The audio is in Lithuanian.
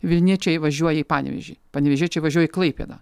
vilniečiai važiuoja į panevėžį panevėžiečiai važiuoja į klaipėdą